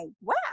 wow